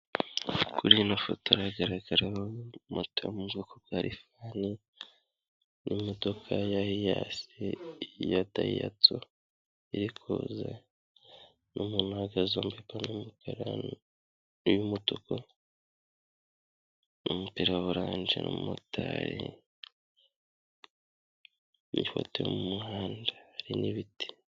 Kuri ino foto hagaragaraho moto yo mu bwoko bwa lifani n'imodoka ya hiyasi ya dayatsu iri kuza n'umuntu uhagaze wambaye ipantaro y'umutuku, umupira wa orange, na motari. Ni ifoto yo mu muhanda; hari n'ibiti.